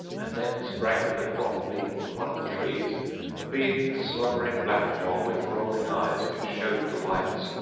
and then sprang with a drop leap from one of the trees a big slobbering blackamoor with rolling eyes which showed the whites,